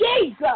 Jesus